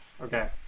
Okay